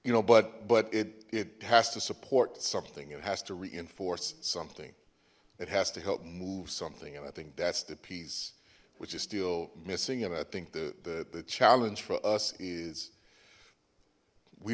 you know but but it it has to support something it has to reinforce something it has to help move something and i think that's the piece which is still missing and i think the the challenge for us is we